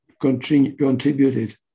contributed